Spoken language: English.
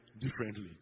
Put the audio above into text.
differently